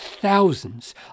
thousands